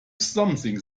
something